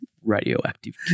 Radioactive